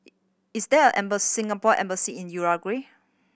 is there a Singapore Embassy in Uruguay